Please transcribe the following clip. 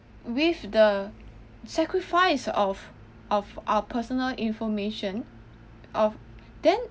with the sacrifice of of our personal information of then